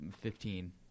Fifteen